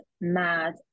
mad